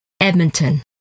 Edmonton